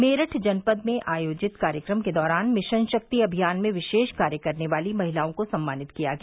मेरठ जनपद में आयोजित कार्यक्रम के दौरान मिशन शक्ति अभियान में विशेष कार्य करने वाली महिलाओं को सम्मानित किया गया